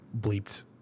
bleeped